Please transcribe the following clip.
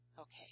okay